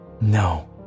No